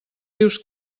dius